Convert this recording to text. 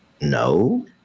No